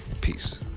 Peace